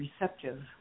receptive